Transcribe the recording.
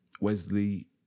Wesley